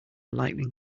lightning